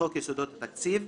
לחוק יסודות התקציב"